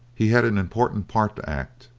he had an important part to act,